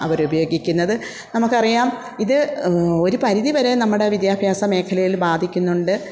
അവർ ഉപയോഗിക്കുന്നത് നമുക്ക് അറിയാം ഇത് ഒരു പരിധിവരെ നമ്മുടെ വിദ്യാഭ്യാസ മേഖലയിൽ ബാധിക്കുന്നുണ്ട്